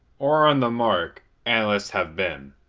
or on the mark, analysts have been.